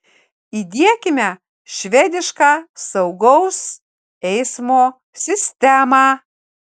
įdiekime švedišką saugaus eismo sistemą